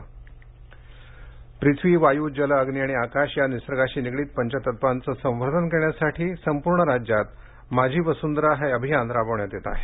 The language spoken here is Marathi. माझी वसंधरा पृथ्वी वायू जल अग्नी आणि आकाश या निसर्गाशी निगडीत पंचतत्वांचे संवर्धन करण्यासाठी संपूर्ण राज्यात माझी वसुंधरा हे अभियान राबविण्यात येत आहे